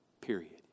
period